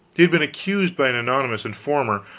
had been accused by an anonymous informer,